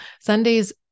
Sunday's